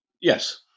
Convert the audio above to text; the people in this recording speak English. Yes